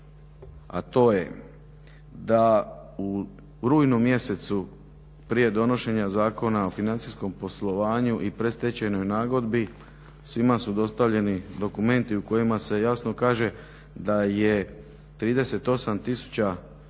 a to je da u rujnu mjesecu prije donošenja Zakona o financijskom poslovanju i predstečajnoj nagodbi svima su dostavljeni dokumenti u kojima se jasno kaže da je 38